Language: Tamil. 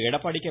எடப்பாடி கே